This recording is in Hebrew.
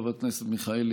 חברת הכנסת מיכאלי,